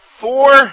four